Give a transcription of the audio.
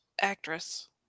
actress